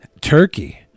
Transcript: turkey